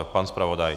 Pan zpravodaj?